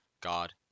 god